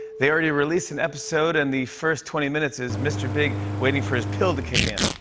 they already released an episode, and the first twenty minutes is mr. big waiting for his pill to kick in.